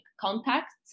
contacts